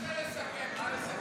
זה לסכם?